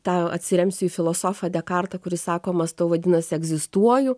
tą atsiremsiu į filosofą dekartą kuris sako mąstau vadinasi egzistuoju